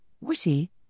witty